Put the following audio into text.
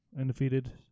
undefeated